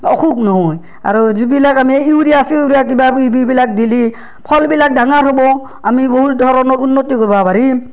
অসুখ নহয় আৰু যিবিলাক আমি ইউৰিয়া আছে ইউৰিয়া কিবা কিবিবিলাক দিলি ফলবিলাক ডাঙাৰ হ'বো আমি বহুত ধৰণৰ উন্নতি কৰবা পাৰিম